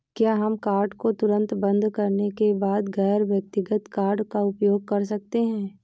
क्या हम कार्ड को तुरंत बंद करने के बाद गैर व्यक्तिगत कार्ड का उपयोग कर सकते हैं?